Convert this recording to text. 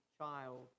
child